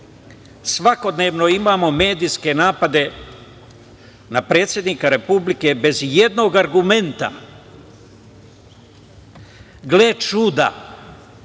svakodnevno imamo medijske napade na predsednika Republike bez i jednog argumenta. Gle čuda,